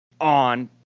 on